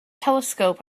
telescope